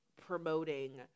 promoting